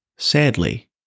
Sadly